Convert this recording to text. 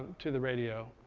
to the radio.